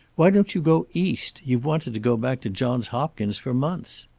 why don't you go east? you've wanted to go back to johns hopkins for months?